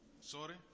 sorry